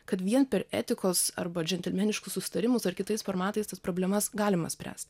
kad vien per etikos arba džentelmeniškus susitarimus ar kitais formatais tas problemas galima spręst